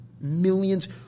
Millions